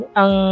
ang